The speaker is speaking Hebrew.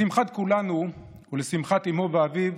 לשמחת כולנו ולשמחת אימו ואביו,